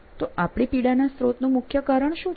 તો આપણી પીડાના સ્ત્રોતનું મુખ્ય કારણ શું છે